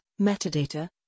metadata